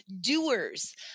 doers